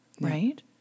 right